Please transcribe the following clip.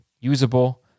usable